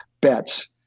bets